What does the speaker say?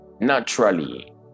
naturally